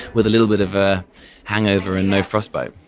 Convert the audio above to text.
with a little bit of a hangover and no frostbite.